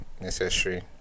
necessary